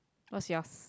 what's yours